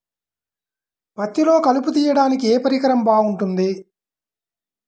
పత్తిలో కలుపు తీయడానికి ఏ పరికరం బాగుంటుంది?